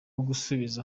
gusubiza